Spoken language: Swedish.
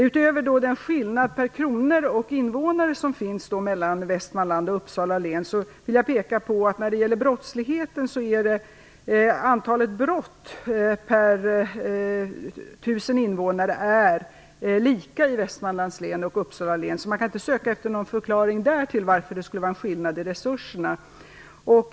Utöver den skillnad i kronor och invånare som finns mellan Västmanlands län och Uppsala län, vill jag peka på att antalet brott per 1 000 invånare är lika i dessa län. Man kan alltså inte där söka någon förklaring till att det skulle vara en skillnad i resurserna.